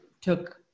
took